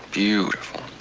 beautiful, a